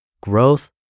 growth